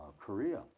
Korea